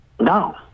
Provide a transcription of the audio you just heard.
No